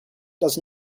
does